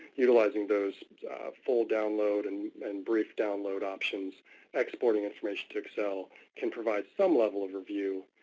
utilizing those full download and and brief download options exploiting information to excel can provide some level of review